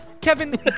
Kevin